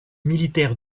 militaire